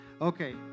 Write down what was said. Okay